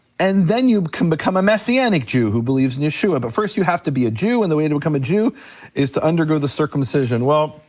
and then you can become a messianic jew who believes in yeshua. but first you have to be a jew, and the way to become a jew is to undergo the circumcision, well,